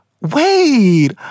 Wait